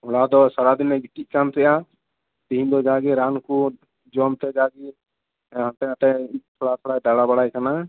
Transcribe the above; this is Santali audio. ᱦᱚᱞᱟ ᱫᱚ ᱥᱟᱨᱟᱫᱤᱱᱮ ᱜᱤᱛᱤᱡ ᱟᱠᱟᱱ ᱛᱟᱦᱮᱸᱫᱼᱟ ᱛᱮᱦᱮᱧ ᱫᱚ ᱡᱟᱜᱮ ᱨᱟᱱ ᱠᱚ ᱡᱚᱢᱛᱮ ᱡᱟᱜᱮ ᱦᱟᱱᱛᱮᱼᱱᱷᱟᱛᱮ ᱛᱷᱚᱲᱟ ᱛᱷᱚᱲᱟᱭ ᱫᱟᱲᱟ ᱵᱟᱲᱟᱭ ᱠᱟᱱᱟ